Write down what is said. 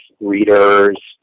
readers